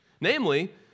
Namely